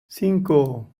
cinco